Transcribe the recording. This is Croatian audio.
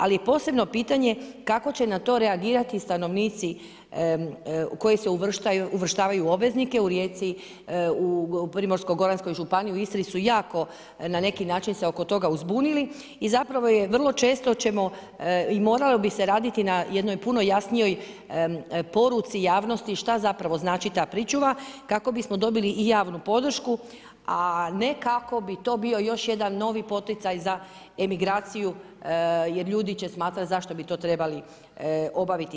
Ali posebno pitanje, kako će na to reagirati stanovnici koji se uvrštavaju u obveznike u Rijeci, u Primorsko-goranskoj županiji i u Istri su jako na neki način se oko toga uzbunili i zapravo je vrlo često ćemo i moralo bi se raditi na jednoj puno jasnijoj poruci javnosti šta zapravo znači ta pričuva kako bismo dobili i javnu podršku, a ne kako bi to bio još jedan novi poticaj za emigraciju jer ljudi će smatrati zašto bi to trebali obaviti.